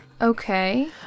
Okay